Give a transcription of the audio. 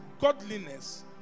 godliness